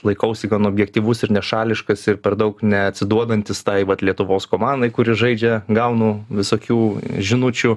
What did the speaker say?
laikausi gan objektyvus ir nešališkas ir per daug neatsiduodantis tai vat lietuvos komandai kuri žaidžia gaunu visokių žinučių